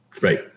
right